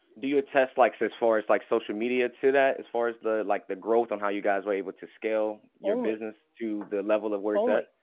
do you attest like, so as far as like social media to that. as far as the like the growth on how you guys were able to scale your business to the level of where it's at?